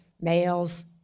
males